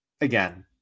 again